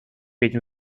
этим